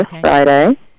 Friday